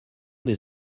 des